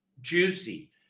juicy